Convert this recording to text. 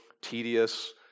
tedious